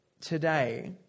today